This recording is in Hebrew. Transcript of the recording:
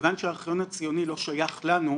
כיוון שהארכיון הציוני לא שייך לנו,